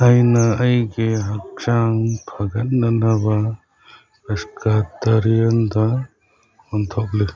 ꯑꯩꯅ ꯑꯩꯒꯤ ꯍꯛꯆꯥꯡ ꯐꯒꯠꯅꯅꯕ ꯄꯦꯁꯀꯥꯇꯔꯤꯌꯦꯟꯗ ꯑꯣꯟꯊꯣꯛꯂꯤ